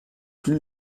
plus